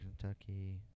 Kentucky